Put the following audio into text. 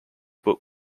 book